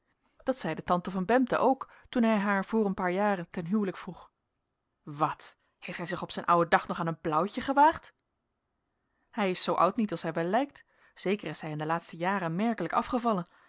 dat zeide tante van bempden ook toen hij haar voor een paar jaren ten huwelijk vroeg wat heeft hij zich op zijn ouden dag nog aan een blauwtje gewaagd hij is zoo oud niet als hij wel lijkt zeker is hij in de laatste jaren merkelijk afgevallen